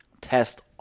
test